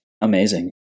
Amazing